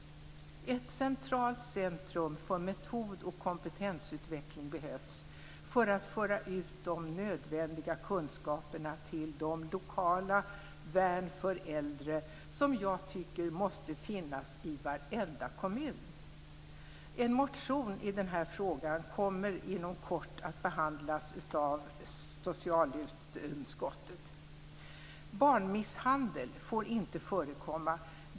Ett centralt centrum för metod och kompetensutveckling behövs för att föra ut de nödvändiga kunskaperna till de lokala värn för äldre som jag tycker måste finnas i varenda kommun. En motion i denna fråga kommer inom kort att behandlas av socialutskottet. Barnmisshandel får inte förekomma.